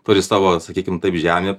turi savo sakykim taip žemę